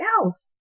else